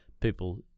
people